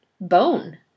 bone